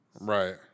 Right